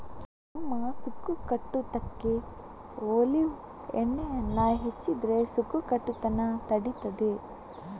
ಚರ್ಮ ಸುಕ್ಕು ಕಟ್ಟುದಕ್ಕೆ ಒಲೀವ್ ಎಣ್ಣೆಯನ್ನ ಹಚ್ಚಿದ್ರೆ ಸುಕ್ಕು ಕಟ್ಟುದನ್ನ ತಡೀತದೆ